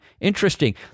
interesting